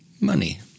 money